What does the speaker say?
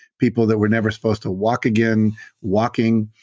people that were never supposed to walk again walking.